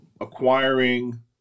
acquiring